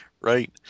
Right